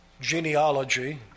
genealogy